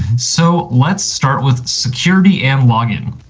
so let's start with security and login.